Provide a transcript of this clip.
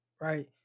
right